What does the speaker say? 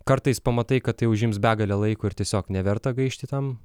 kartais pamatai kad tai užims begalę laiko ir tiesiog neverta gaišti tam